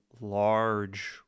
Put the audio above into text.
large